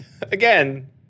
Again